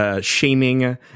shaming